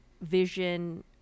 vision